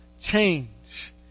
change